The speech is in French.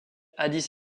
addis